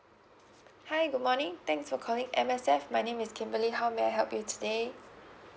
hi good morning thanks for calling M_S_F my name is kimberley how may I help you today